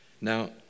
Now